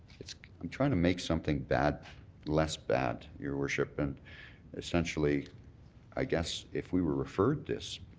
i'm trying to make something bad less bad, your worship. and essentially i guess if we were referred this,